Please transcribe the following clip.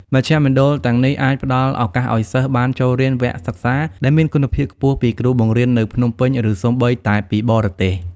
មជ្ឈមណ្ឌលទាំងនេះអាចផ្តល់ឱកាសឱ្យសិស្សបានចូលរៀនវគ្គសិក្សាដែលមានគុណភាពខ្ពស់ពីគ្រូបង្រៀននៅភ្នំពេញឬសូម្បីតែពីបរទេស។